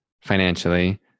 financially